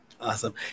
Awesome